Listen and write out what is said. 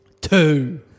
Two